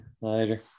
later